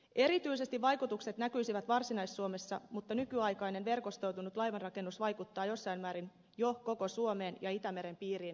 erityisesti vaikutukset näkyisivät varsinais suomessa mutta nykyaikainen verkostoitunut laivanrakennus vaikuttaa jossain määrin jo koko suomeen ja itämeren piiriin laajemminkin